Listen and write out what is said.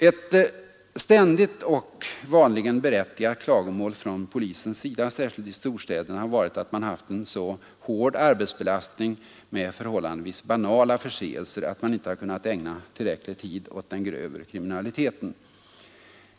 Ett ständigt och vanligen berättigat klagomål från polisens sida, särskilt i storstäderna, har varit att man haft en så hård arbetsbelastning med förhållandevis banala förseelser att man inte kunnat ägna tillräcklig tid åt den grövre kriminaliteten.